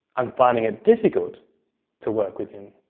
i'm finding it difficult to work with him.